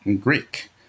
Greek